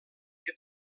que